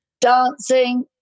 dancing